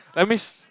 that means